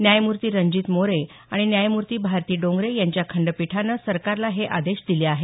न्यायमूर्ती रंजित मोरे आणि न्यायमूर्ती भारती डोंगरे यांच्या खंडपीठानं सरकारला हे आदेश दिले आहेत